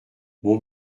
mon